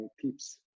tips